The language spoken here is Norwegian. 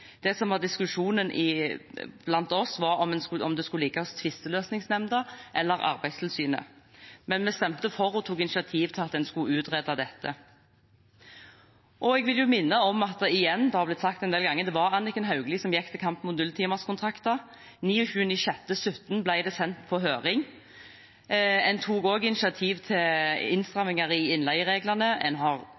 Det som var diskusjonen blant oss, var om det skulle ligge hos Tvisteløsningsnemnda eller hos Arbeidstilsynet. Vi stemte for og tok initiativ til at man skulle utrede dette. Jeg vil minne om igjen, det har blitt sagt en del ganger, at det var Anniken Hauglie som gikk til kamp mot nulltimerskontrakter. 29. juni 2017 ble et forslag sendt på høring. Man tok også initiativ til innstramminger i innleiereglene – man har gjort en hel haug, jeg har